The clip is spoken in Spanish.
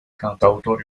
cantautor